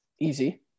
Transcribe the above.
Easy